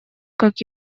как